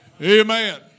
Amen